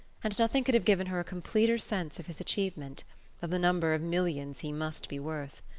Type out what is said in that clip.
and nothing could have given her a completer sense of his achievement of the number of millions he must be worth.